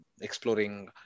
exploring